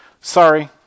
Sorry